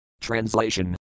Translation